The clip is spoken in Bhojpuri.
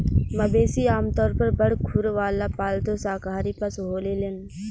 मवेशी आमतौर पर बड़ खुर वाला पालतू शाकाहारी पशु होलेलेन